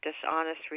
dishonest